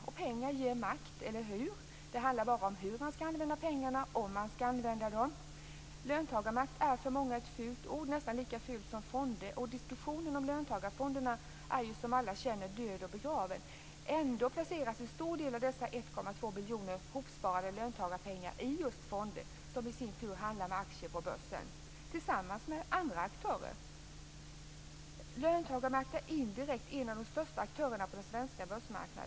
Och pengar ger makt, eller hur? Det handlar bara om hur man skall använda pengarna, och om man skall använda dem. Löntagarmakt är för många ett fult ord, nästan lika fult som fonder. Diskussionen om löntagarfonderna är som alla känner till död och begraven. Ändå placeras en stor del av dessa 1,2 biljoner hopsparade löntagarpengar i just fonder som i sin tur handlar med aktier på börsen tillsammans med andra aktörer. Löntagarna är indirekt en av de största aktörerna på börsmarknaden.